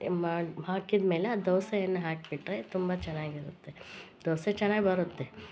ಮಾಡಿ ಹಾಕಿದ್ಮೇಲೆ ಆ ದೋಸೆಯನ್ನ ಹಾಕಿಟ್ರೆ ತುಂಬ ಚೆನ್ನಾಗಿರುತ್ತೆ ದೋಸೆ ಚೆನ್ನಾಗಿ ಬರುತ್ತೆ